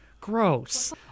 Gross